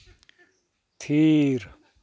ᱛᱷᱤᱨ